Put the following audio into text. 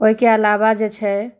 ओहिके अलावा जे छै